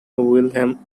wilhelm